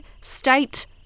state